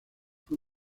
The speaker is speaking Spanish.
fue